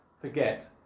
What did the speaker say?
forget